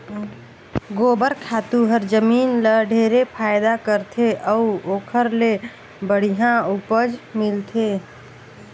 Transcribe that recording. गोबर खातू हर जमीन ल ढेरे फायदा करथे अउ ओखर ले बड़िहा उपज मिलथे